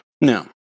No